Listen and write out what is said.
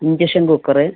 induction cooker